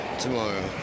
tomorrow